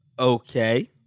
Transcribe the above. Okay